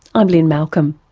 i'm lynne malcolm.